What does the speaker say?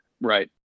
Right